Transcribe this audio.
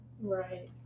Right